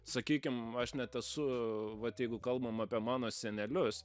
sakykim aš net esu vat jeigu kalbam apie mano senelius